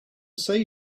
say